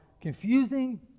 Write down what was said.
confusing